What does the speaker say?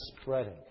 spreading